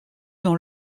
dans